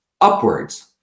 upwards